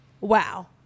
wow